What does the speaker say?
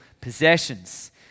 possessions